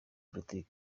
politiki